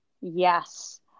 Yes